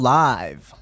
live